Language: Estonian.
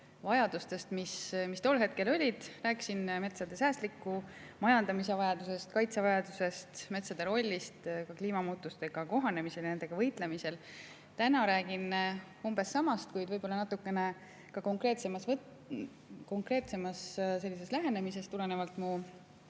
vajadustest, mis tol hetkel olid, rääkisin metsade säästliku majandamise vajadusest, nende kaitse vajadusest, metsade rollist ka kliimamuutustega kohanemisel ja nendega võitlemisel. Täna räägin umbes samast asjast, kuid võib-olla natukene konkreetsema lähenemisega, tulenevalt minu